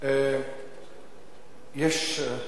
אני